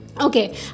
Okay